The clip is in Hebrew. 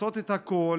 לעשות את הכול